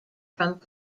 from